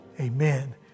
amen